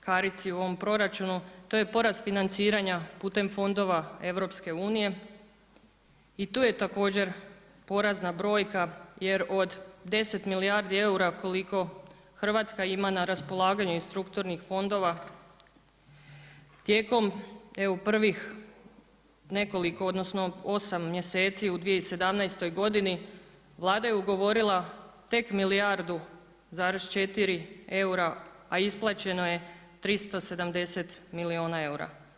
karici u ovom proračunu, to je porast financiranja putem fondova EU-a i tu je također porazna brojka jer od 10 milijardi eura koliko Hrvatska ima na raspolaganje iz strukturnih fondova, tijekom evo prvih nekoliko odnosno 8 mjeseci u 2017. godini, Vlada je ugovorila tek 1,4 milijarde eura a isplaćeno je 370 milijuna eura.